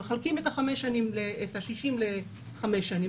מחלקים את ה-60 ל-5 שנים,